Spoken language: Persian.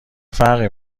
فرقی